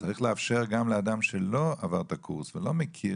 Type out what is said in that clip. צריך לאפשר גם לאדם שלא עבר את הקורס ולא מכיר,